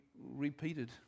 repeated